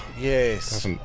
Yes